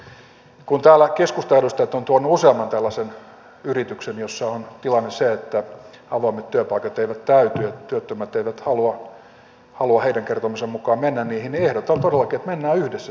kun täällä keskustan edustajat ovat tuoneet useamman tällaisen yrityksen jossa on tilanne se että avoimet työpaikat eivät täyty ja työttömät eivät halua heidän kertomansa mukaan mennä niihin niin ehdotan todellakin että mennään yhdessä sinne ja katsotaan